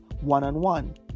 one-on-one